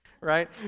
right